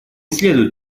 следует